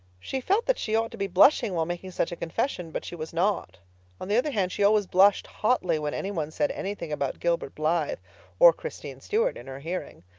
she felt that she ought to be blushing while making such a confession but she was not on the other hand, she always blushed hotly when any one said anything about gilbert blythe or christine stuart in her hearing.